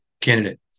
candidate